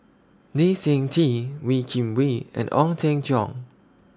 Lee Seng Tee Wee Kim Wee and Ong Teng Cheong